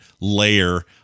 layer